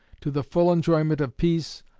to the full enjoyment of peace,